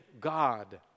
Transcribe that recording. God